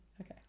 Okay